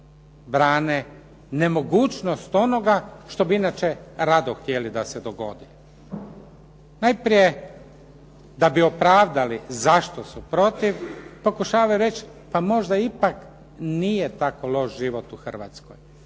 brane nemogućnost onoga što bi inače rado htjeli da se dogodi? Najprije, da bi opravdali zašto su protiv pokušavajući reći pa možda ipak nije tako loš život u Hrvatskoj,